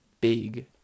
big